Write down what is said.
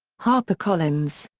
harpercollins.